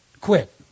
quit